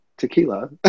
tequila